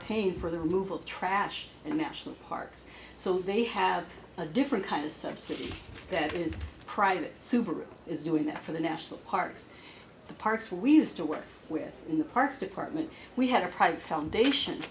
paying for the removal of trash in national parks so they have a different kind of subsidy that is private supergroup is doing that for the national parks the parks we used to work with in the parks department we had a private foundation